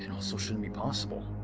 also shouldn't be possible.